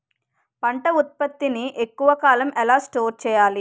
పంట ఉత్పత్తి ని ఎక్కువ కాలం ఎలా స్టోర్ చేయాలి?